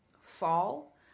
fall